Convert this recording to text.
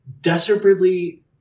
desperately